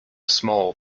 small